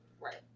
right